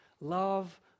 love